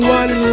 one